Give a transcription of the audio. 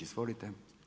Izvolite.